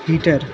heater